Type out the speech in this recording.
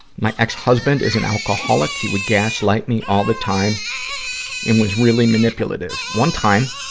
my ex-husband is an alcoholic. he would gaslight me all the time and was really manipulative. one time,